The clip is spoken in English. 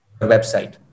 website